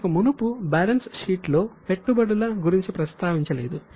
ఇంతకు మునుపు balance sheet లో పెట్టుబడుల గురించి ప్రస్తావించలేదు